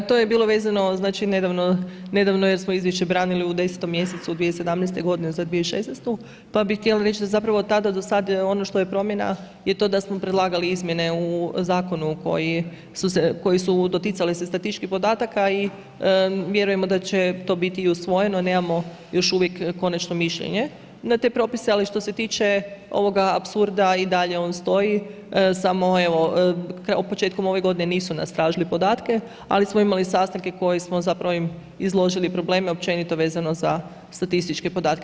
Pa to je bilo vezano uz znači nedavno jer smo izvješće branili u 10. mjesecu 2017. godine za 2016., pa bi htjeli reći da zapravo od tada do sad ono što je promjena je to dasmo predlagali izmjene u zakonu koji su doticali se statističkih podataka i vjerujemo da će to biti i usvojeno, nemamo još uvijek konačno mišljenje na te propis ali što se tiče ovoga apsurda, i dalje on stoji samo evo, početkom ove godine nisu nas tražili podatke ali smo imali sastanke koje smo zapravo im izložili probleme općenito vezano za statističke podatke.